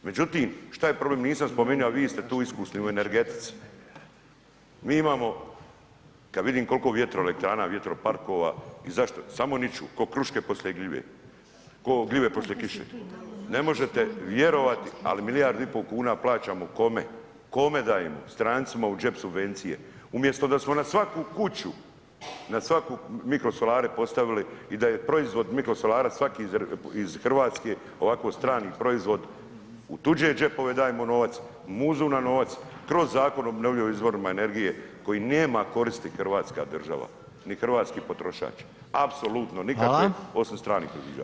Međutim šta je problem, nisam spomenija, a vi ste tu iskusni u energetici, mi imamo, kad vidim kolko vjetroelektrana, vjetroparkova i zašto, samo niču ko kruške poslije gljive, ko gljive poslije kiše, ne možete vjerovati, ali milijardu i po kuna plaćamo kome, kome dajemo, strancima u džep subvencije, umjesto da smo na svaku kuću, na svaku mikrosolare postavili i da je proizvod mikrosolara svaki iz RH, ovako strani proizvod, u tuđe džepove dajemo novac, muzu nam novac kroz Zakon o obnovljivim izvorima energije koji nema koristi hrvatska država, ni hrvatski potrošač, apsolutno nikakve [[Upadica: Fala]] osim strani proizvođači.